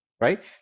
right